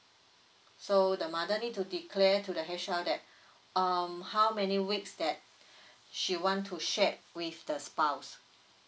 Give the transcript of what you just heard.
so the mother need to declare to the H_R that um how many weeks that she want to shared with the spouse